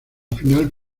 final